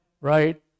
right